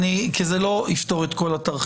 כי זה לא יפתור את כל התרחישים.